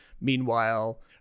Meanwhile